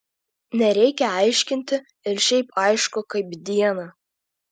nereikia aiškinti ir šiaip aišku kaip dieną